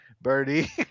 Birdie